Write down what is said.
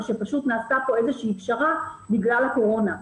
שפשוט נעשתה פה איזה שהיא פשרה בגלל הקורונה.